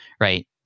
right